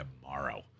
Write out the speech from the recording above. tomorrow